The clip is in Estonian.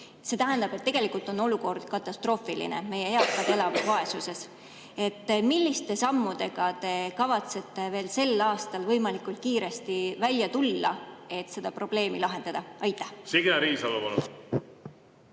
See tähendab, et tegelikult on olukord katastroofiline, meie eakad elavad vaesuses. Milliste sammudega te kavatsete veel sel aastal võimalikult kiiresti välja tulla, et seda probleemi lahendada? Aitäh, hea Riigikogu